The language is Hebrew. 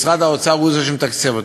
ומשרד האוצר הוא זה שמתקצב אותו.